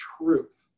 truth